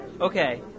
Okay